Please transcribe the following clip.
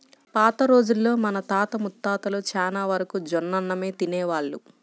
పాత రోజుల్లో మన తాత ముత్తాతలు చానా వరకు జొన్నన్నమే తినేవాళ్ళు